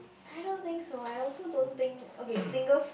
I don't think so I also don't think okay single